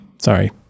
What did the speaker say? sorry